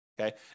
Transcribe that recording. okay